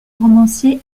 romancier